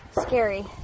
scary